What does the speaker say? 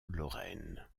lorraine